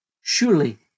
Surely